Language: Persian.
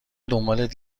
دنبالت